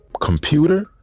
computer